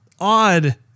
odd